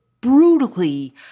brutally